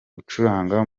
gucuranga